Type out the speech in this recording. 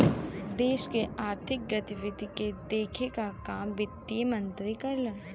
देश के आर्थिक गतिविधि के देखे क काम वित्त मंत्री करलन